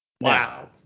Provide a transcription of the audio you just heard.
Wow